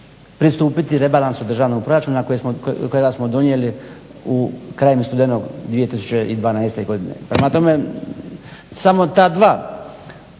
pristupit rebalansu državnog proračuna kojega smo donijeli krajem studenog 2012. godine. Prema tome, samo ta dva